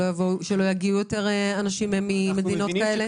שלא יגיעו יותר אנשים ממדינות כאלה?